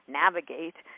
navigate